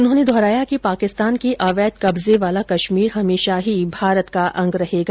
उन्होंने दोहराया कि पाकिस्तान के अवैध कब्जे वाला कश्मीर हमेशा ही भारत का ही अंग रहेगा